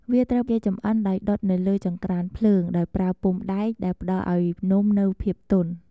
វាត្រូវគេចម្អិនដោយដុតនៅលើចង្ក្រានភ្លើងដោយប្រើពុម្ពដែក ដែលផ្តល់ឱ្យនំនូវភាពទន់។